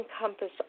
encompass